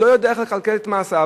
לא יודע איך לכלכל את מעשיו.